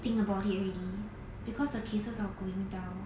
think about it already because the cases are going down